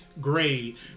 grade